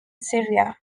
syria